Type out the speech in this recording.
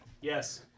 Yes